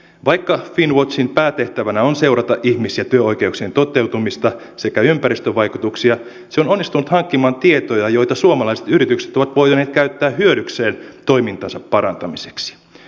vaikka finnwatchin päätehtävänä on seurata ihmis ja työoikeuksien toteutumista sekä ympäristövaikutuksia se on onnistunut hankkimaan tietoja joita suomalaiset yritykset ovat voineet käyttää hyödykseen toimintansa parantamiseksi